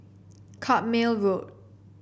Carpmael Road